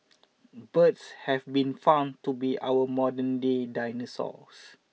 birds have been found to be our modern day dinosaurs